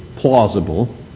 plausible